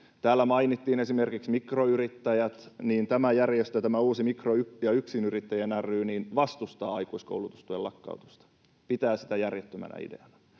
täällä mainittiin esimerkiksi mikroyrittäjät, niin tämä uusi järjestö, Mik-ro- ja yksinyrittäjät ry, vastustaa aikuiskoulutustuen lakkautusta, pitää sitä järjettömänä ideana.